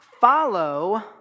follow